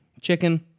Chicken